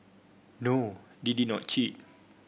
no they did not cheat